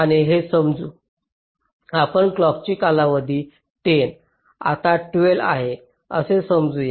आणि हे समजू आपला क्लॉक कालावधी 10 आता 12 आहे असे समजू